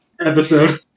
episode